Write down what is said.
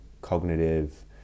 cognitive